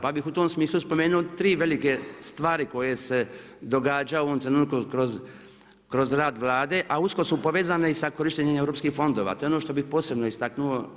Pa bih u tom smislu spomenuo 3 velike stvari koje se događaju u ovom trenutku kroz rad Vlade a usko su povezane i sa korištenjem europskih fondova, to je ono što bih posebno istaknuo.